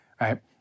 right